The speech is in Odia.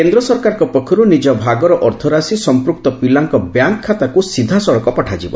କେନ୍ଦ୍ର ସରକାରଙ୍କ ପକ୍ଷରୁ ନିଜ ଭାଗର ଅର୍ଥରାଶି ସମ୍ପୃକ୍ତ ପିଲାଙ୍କ ବ୍ୟାଙ୍କ୍ ଖାତାକୁ ସିଧାସଳଖ ପଠାଯିବ